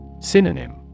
Synonym